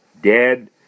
dead